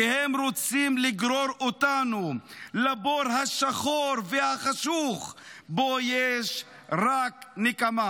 כי הם רוצים לגרור אותנו לבור השחור והחשוך שבו יש רק נקמה.